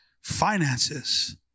finances